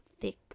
thick